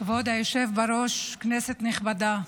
כבוד היושב בראש, כנסת נכבדה,